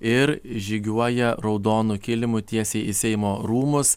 ir žygiuoja raudonu kilimu tiesiai į seimo rūmus